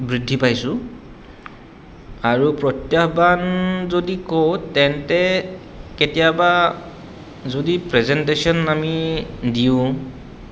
বৃদ্ধি পাইছোঁ আৰু প্ৰত্যাহ্বান যদি কওঁ তেন্তে কেতিয়াবা যদি প্ৰেজেণ্টেশ্যন আমি দিওঁ